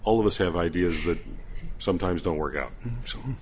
all of us have ideas that sometimes don't work out so